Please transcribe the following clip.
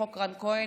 חוק רן כהן,